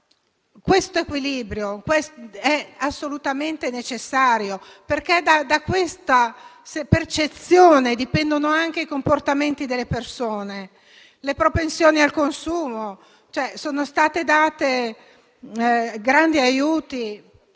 Questo equilibrio è assolutamente necessario, perché da tale percezione dipendono anche i comportamenti delle persone e le propensioni al consumo. Sono stati dati grandi aiuti,